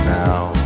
now